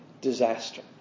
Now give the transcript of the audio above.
disaster